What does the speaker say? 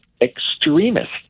extremists